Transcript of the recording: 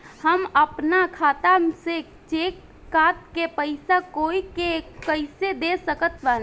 हम अपना खाता से चेक काट के पैसा कोई के कैसे दे सकत बानी?